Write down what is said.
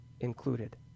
included